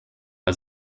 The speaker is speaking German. bei